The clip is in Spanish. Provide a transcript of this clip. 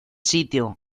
sitio